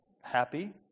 happy